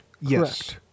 yes